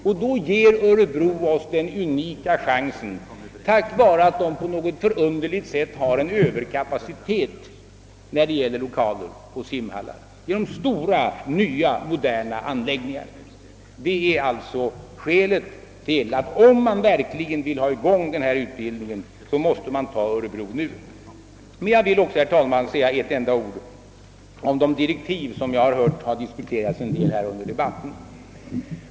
Nu ger oss Örebro en unik chans tack vare att staden på något förunderligt sätt har en överkapacitet när det gäller gymnastikoch idrottslokaler samt simhall. Om man verkligen vill sätta i gång denna utbildning nu, så måste man välja Örebro. Jag vill också, herr talman, säga någ ra ord om direktiven som har diskuterats under debatten.